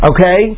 Okay